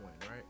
right